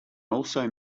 also